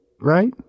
right